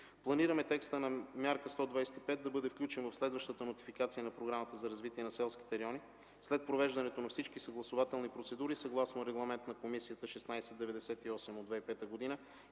Планираме текста на Мярка 125 да бъде включен в следващата нотификация на Програмата за развитие на селските райони. След провеждането на всички съгласувателни процедури съгласно Регламент на Комисията № 1698 от 2005 г. и